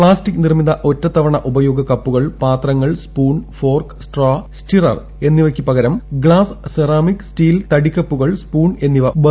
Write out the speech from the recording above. plastic നിർമ്മിത ഒറ്റത്തവണ ഉപയോഗ കപ്പുക്കൾ പാത്രങ്ങൾ സ്പൂൺ ഫോർക്ക് സ്ട്രാ സ്റ്റിറർ എന്നിവയ്ക്ക് പകരം ഗ്ലാസ് സെറാമിക് സ്റ്റീൽ തടിക്കപ്പുകൾ സ്പൂൺ എന്നിവ ഉപയോഗിക്കണം